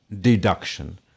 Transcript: deduction